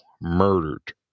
murdered